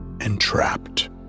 entrapped